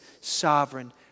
sovereign